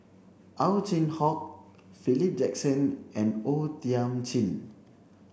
Ow Chin Hock Philip Jackson and O Thiam Chin